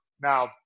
Now